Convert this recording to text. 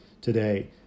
today